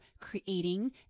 creating